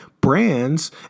brands